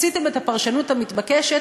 עשיתם את הפרשנות המתבקשת,